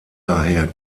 daher